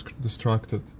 distracted